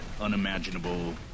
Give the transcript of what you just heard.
unimaginable